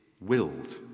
willed